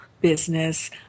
business